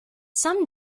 some